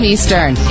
Eastern